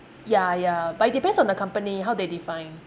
yeah yeah but it depends on the company how they define